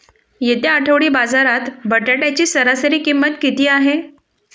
येत्या आठवडी बाजारात बटाट्याची सरासरी किंमत किती आहे?